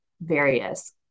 various